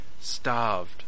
starved